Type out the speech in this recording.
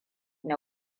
na